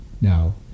Now